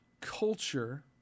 culture